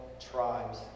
tribes